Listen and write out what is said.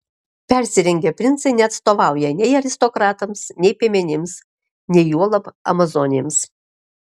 persirengę princai neatstovauja nei aristokratams nei piemenims nei juolab amazonėms